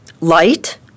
light